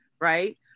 Right